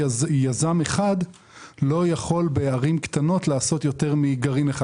שיזם אחד לא יכול בערים קטנות לעשות יותר מגרעין אחד.